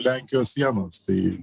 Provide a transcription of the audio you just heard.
lenkijos sienos tai